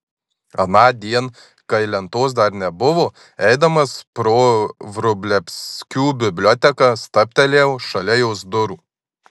anądien kai lentos dar nebuvo eidamas pro vrublevskių biblioteką stabtelėjau šalia jos durų